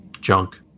junk